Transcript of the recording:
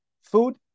food